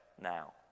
now